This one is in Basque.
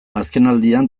azkenaldian